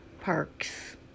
Parks